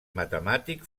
matemàtic